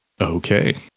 Okay